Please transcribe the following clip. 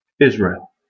Israel